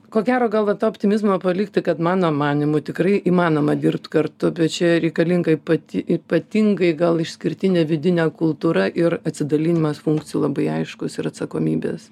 ko gero gal va to optimizmo palikti kad mano manymu tikrai įmanoma dirbt kartu bet čia reikalinga ypati ypatingai gal išskirtinė vidinė kultūra ir atsidalinimas funkcijų labai aiškus ir atsakomybės